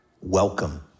Welcome